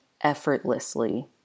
effortlessly